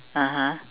(uh huh)